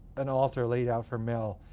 an altar laid out for mel.